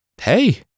hey